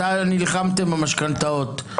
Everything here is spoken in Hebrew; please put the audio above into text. נלחמתם במשכנתאות,